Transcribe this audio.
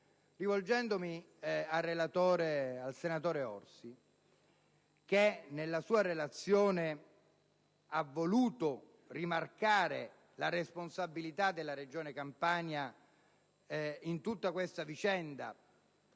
rivolgendomi al relatore, senatore Orsi, che nel suo intervento ha voluto rimarcare la responsabilità della Regione Campania in tutta questa vicenda